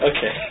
Okay